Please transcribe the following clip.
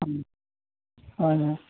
হয় হয়